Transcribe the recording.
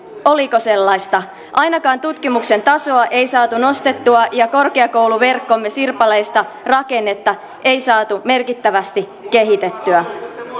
oliko sellaista ainakaan tutkimuksen tasoa ei saatu nostettua ja korkeakouluverkkomme sirpaleista rakennetta ei saatu merkittävästi kehitettyä